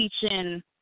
teaching